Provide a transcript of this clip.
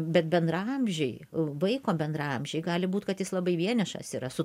bet bendraamžiai vaiko bendraamžiai gali būt kad jis labai vienišas yra su